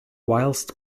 whilst